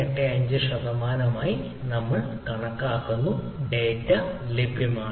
385 ശതമാനമായി നമ്മൾ കണക്കാക്കുന്നു ഈ ഡാറ്റ ലഭ്യമാണ്